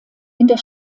der